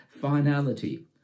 finality